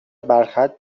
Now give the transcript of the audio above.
برخط